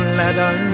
leather